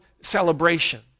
celebration